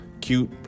cute